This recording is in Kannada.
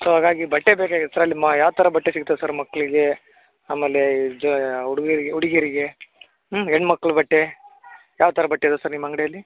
ಸೊ ಹಾಗಾಗಿ ಬಟ್ಟೆ ಬೇಕಾಗಿತ್ತು ಸರ್ ನಿಮ್ಮ ಯಾವ ಥರ ಬಟ್ಟೆ ಸಿಗ್ತದೆ ಸರ್ ಮಕ್ಕಳಿಗೆ ಆಮೇಲೆ ಈ ಜ್ ಹುಡ್ಗ್ರಿಗ್ ಹುಡ್ಗೀರ್ಗೆ ಹ್ಞೂ ಹೆಣ್ಮಕ್ಳ ಬಟ್ಟೆ ಯಾವ ಥರ ಬಟ್ಟೆ ಇದೆ ಸರ್ ನಿಮ್ಮ ಅಂಗಡಿಯಲ್ಲಿ